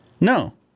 No